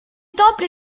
temple